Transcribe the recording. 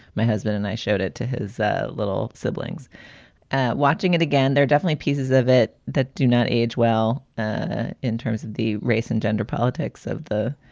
my husband and i showed it to his ah little siblings watching it again. they're definitely pieces of it that do not age well ah in terms of the race and gender politics of the